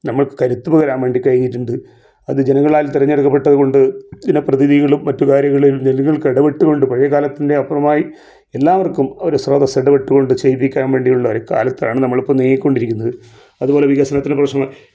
നമുക്ക് കരുത്തുവരാൻ വേണ്ടി കഴിഞ്ഞിട്ടുണ്ട് അത് ജനങ്ങളാൽ തെരഞ്ഞെടുക്കപ്പെട്ടതു കൊണ്ട് ജനപ്രധിനികളും മറ്റു കാര്യങ്ങളും നിലവിൽ ഇടപെട്ട് കൊണ്ട് പഴയകാലത്തിൻ്റെ അപ്പുറമായി എല്ലാവർക്കും ഓരോ സ്രോതസ്സെടപെട്ടുകൊണ്ട് ചെയ്യിപ്പിക്കാൻ വേണ്ടി ഉള്ള ഒര് കാലത്താണ് നമ്മളിപ്പ നീങ്ങിക്കൊണ്ടിരിക്കുന്നത് അതുപോലെ വികസനത്തിന് പോഷണ